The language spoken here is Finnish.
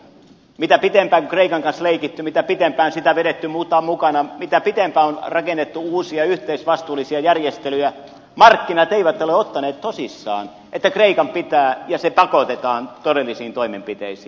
mitä pitempään kreikan kanssa on leikitty mitä pitempään sitä on vedetty mukana mitä pitempään on rakennettu uusia yhteisvastuullisia järjestelyjä markkinat eivät ole ottaneet tosissaan että kreikan pitää ryhtyä ja se pakotetaan todellisiin toimenpiteisiin